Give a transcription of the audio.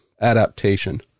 adaptation